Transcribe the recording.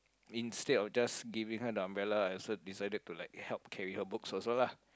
instead of just giving her the umbrella I also decided to like help carry her books also lah